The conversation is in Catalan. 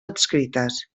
adscrites